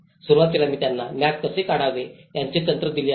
सुरुवातीला मी त्यांना मॅप कसे काढावे याची तंत्रे दिली आहेत